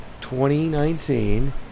2019